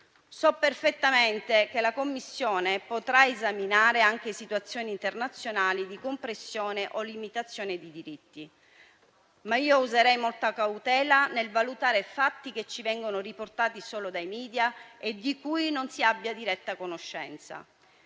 So perfettamente che la Commissione potrà esaminare anche situazioni internazionali di compressione o limitazione di diritti. Userei però molta cautela nel valutare fatti che ci vengono riportati solo dai media e di cui non si abbia diretta conoscenza.